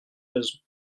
raisons